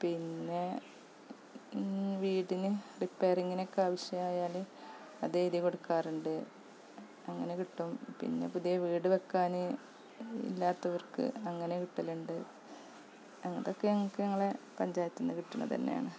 പിന്നെ വീട്ടിനു റിപ്പയറിങ്ങിനു ഒക്കെ ആവശ്യമായാൽ അത് എഴുതി കൊടുക്കാറുണ്ട് അങ്ങനെ കിട്ടും പിന്നെ പുതിയ വീട് വെക്കാൻ ഇല്ലാത്തവര്ക്ക് അങ്ങനെ കിട്ടലുണ്ട് അതൊക്കെ ഞങ്ങൾക്ക് ഞങ്ങളുടെ പഞ്ചായത്തു നിന്ന് കിട്ടണത് തന്നെയാണ്